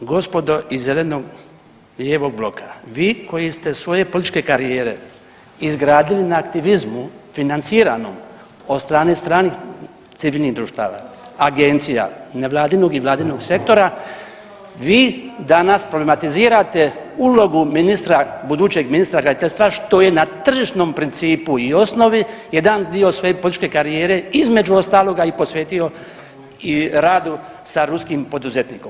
Gospodo iz zeleno-lijevog bloka, vi koji ste svoje političke karijere izgradili na aktivizmu financiranom od strane stranih civilnih društava, agencija, nevladinog i vladinog sektora, vi danas problematizirate ulogu ministra, budućeg ministra graditeljstva što je na tržišnom principu i osnovi jedan dio svoje političke karijere između ostaloga i posvetio i radu sa ruskim poduzetnikom.